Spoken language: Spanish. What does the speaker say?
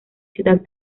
ciudad